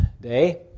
day